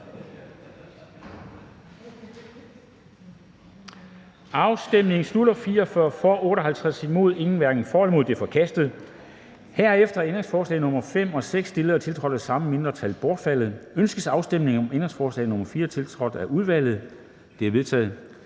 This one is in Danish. hverken for eller imod stemte 0. Ændringsforslaget er forkastet. Herefter er ændringsforslag nr. 5 og 6, stillet og tiltrådt af samme mindretal, bortfaldet. Ønskes afstemning om ændringsforslag nr. 4, tiltrådt af udvalget? Det er vedtaget.